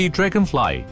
Dragonfly